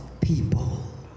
people